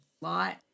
lot